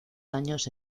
daños